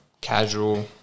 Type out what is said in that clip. casual